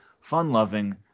fun-loving